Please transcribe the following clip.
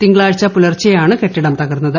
തിങ്കളാഴ്ച പുലർച്ചെയാണ് കെട്ടിടം തകർന്നത്